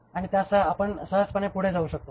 आणि त्यासह आपण सहजपणे पुढे जाऊ शकतो